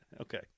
Okay